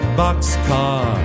boxcar